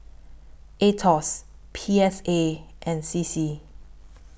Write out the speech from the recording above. Aetos P S A and C C